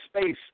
space